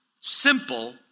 simple